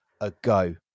ago